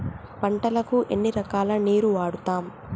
పంటలకు ఎన్ని రకాల నీరు వాడుతం?